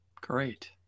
Great